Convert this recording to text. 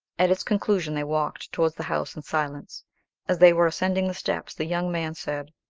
at its conclusion they walked towards the house in silence as they were ascending the steps, the young man said,